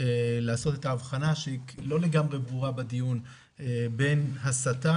לעשות את ההבחנה שהיא לא לגמרי ברורה בדיון בין הסתה,